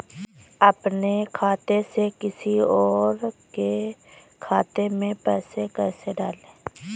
अपने खाते से किसी और के खाते में पैसे कैसे डालें?